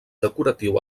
decoratiu